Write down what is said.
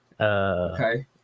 okay